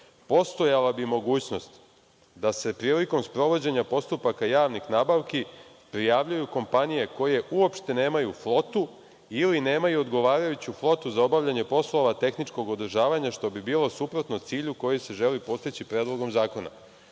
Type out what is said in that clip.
postojala bi mogućnost da se prilikom sprovođenja postupaka javnih nabavki prijavljuju kompanije koje uopšte nemaju flotu ili nemaju odgovarajuću flotu za obavljanje poslova tehničkog održavanja, što bi bilo suprotno cilju koji se želi postići Predlogom zakona. Dakle,